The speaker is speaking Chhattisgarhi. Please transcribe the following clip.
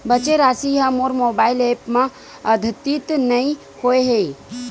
बचे राशि हा मोर मोबाइल ऐप मा आद्यतित नै होए हे